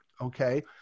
Okay